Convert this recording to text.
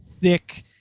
thick